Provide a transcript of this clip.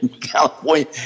California